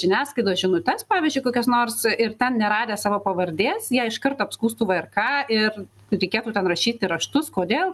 žiniasklaidos žinutes pavyzdžiui kokias nors ir ten neradę savo pavardės jie iš karto apskųstų vrk ir ir reikėtų ten rašyti raštus kodėl